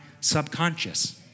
subconscious